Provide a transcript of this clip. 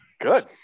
good